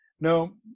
No